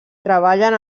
treballen